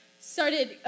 started